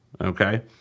okay